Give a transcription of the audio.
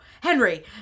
Henry